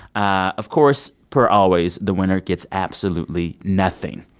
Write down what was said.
of course, per always, the winner gets absolutely nothing.